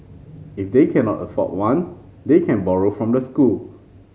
if they cannot afford one they can borrow from the school